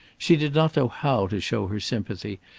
she did not know how to show her sympathy,